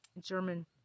German